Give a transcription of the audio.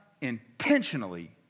intentionally